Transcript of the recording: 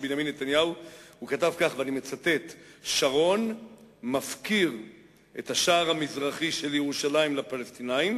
כתב ואני מצטט: שרון מפקיר את השער המזרחי של ירושלים לפלסטינים.